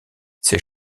ces